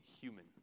human